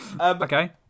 Okay